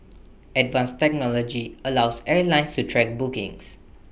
advanced technology allows airlines to track bookings